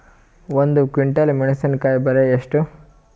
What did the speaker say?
ಒಂದು ಕ್ವಿಂಟಾಲ್ ಮೆಣಸಿನಕಾಯಿ ಬೆಲೆ ಎಷ್ಟು?